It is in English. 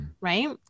right